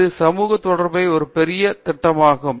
இது சமூக தொடர்புடைய ஒரு மிகப்பெரிய திட்டமாகும்